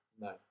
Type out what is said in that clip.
No